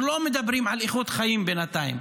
אנחנו לא מדברים על איכות חיים בינתיים,